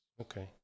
Okay